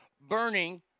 burning